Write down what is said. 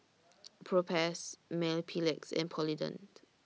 Propass Mepilex and Polident